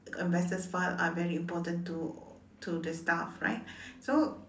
investors file are very important to to the staff right so